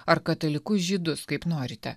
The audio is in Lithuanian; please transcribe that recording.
ar katalikus žydus kaip norite